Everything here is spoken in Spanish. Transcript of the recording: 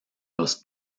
los